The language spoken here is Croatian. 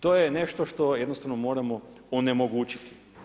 To je nešto što jednostavno moramo onemogućiti.